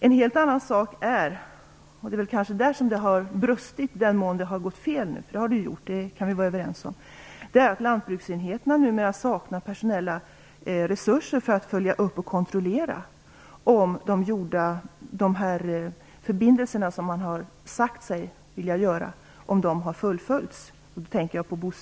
En helt annan sak är - det är kanske där som det har brustit i den mån det har begåtts fel, för det kan vi vara överens om att det har - att lantbruksenheterna numera saknar personella resurser för att följa upp och kontrollera om de förpliktelser när det gäller bosättning som man har sagt sig vilja leva upp till har fullföljts.